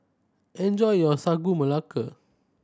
enjoy your Sagu Melaka